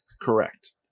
Correct